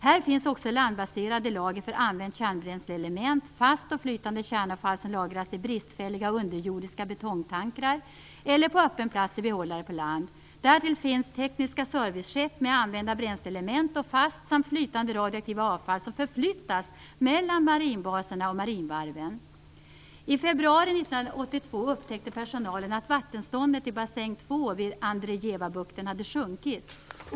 Här finns också landbaserade lager för använt kärnbränsleelement, fast och flytande kärnavfall, som lagras i bristfälliga underjordiska betongtankrar eller på öppen plats i behållare på land. Därtill finns tekniska serviceskepp med använda bränsleelement och fast samt flytande radioaktivt avfall som förflyttas mellan marinbaserna och marinvarven. I februari 1982 upptäckte personalen att vattenståndet i bassäng 2 vid Andrejevabukten hade sjunkit.